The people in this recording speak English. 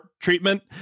treatment